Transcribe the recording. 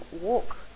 walk